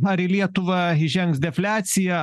ar į lietuvą įžengs defliacija